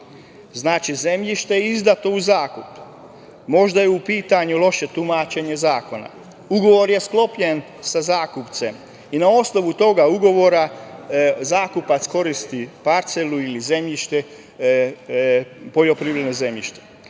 nameni? Znači, zemljište je izdato u zakup. Možda je u pitanju loše tumačenje zakona. Ugovor je sklopljen sa zakupcem i na osnovu tog ugovora zakupac koristi parcelu ili poljoprivredno zemljište. Radi